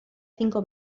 cinco